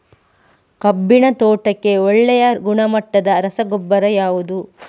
ಕಬ್ಬಿನ ತೋಟಕ್ಕೆ ಒಳ್ಳೆಯ ಗುಣಮಟ್ಟದ ರಸಗೊಬ್ಬರ ಯಾವುದು?